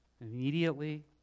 immediately